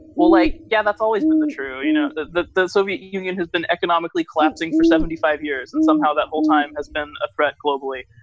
well, like, yeah, that's always been the true you know, that the soviet union has been economically collapsing for seventy five years and somehow that whole time has been a threat globally.